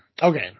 Okay